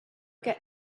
get